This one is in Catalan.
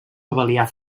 abelià